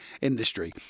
industry